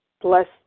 bless